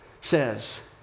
says